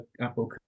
Apple